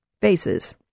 faces